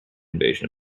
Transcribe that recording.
invasion